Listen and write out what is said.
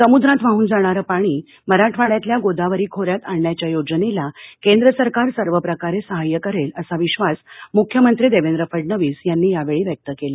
समुद्रात वाहून जाणारं पाणी मराठवाङ्यातल्या गोदावरी खोन्यात आणण्याच्या योजनेला केंद्र सरकार सर्व प्रकारे सहाय्य करेल असा विश्वास मुख्यमंत्री देवेंद्र फडणवीस यांनी यावेळी व्यक्त केला